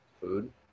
food